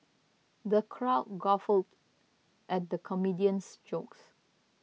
the crowd guffawed at the comedian's jokes